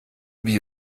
wie